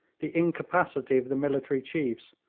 the incapacity of the military chiefs,